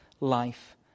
life